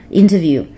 ,interview